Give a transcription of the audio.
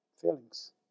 feelings